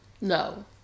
No